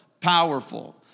powerful